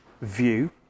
view